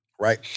right